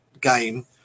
game